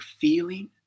feeling